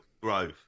Grove